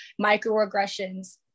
microaggressions